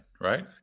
right